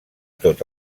tot